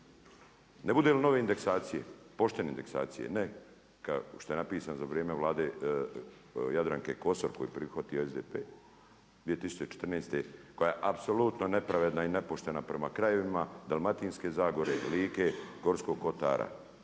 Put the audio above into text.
Ne bude li nove indeksacije, poštene indeksacije ne što je napisano za vrijeme Vlade Jadranke Kosor koju je prihvatio SDP 2014. koja je apsolutno nepravedna i nepoštena prema krajevima Dalmatinske zagore, Like, Gorskog kotara.